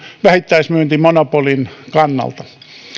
vähittäismyyntimonopolin kannalta